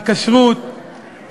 לכשרות,